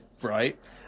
Right